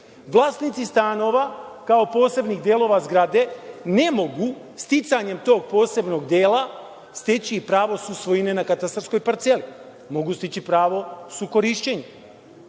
Vlasnici stanova kao posebnih delova zgrade ne mogu sticanjem tog posebnog dela steći i pravo susvojine na katastarskoj parceli. Mogu steći pravo sukorišćenjem. Što